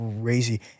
crazy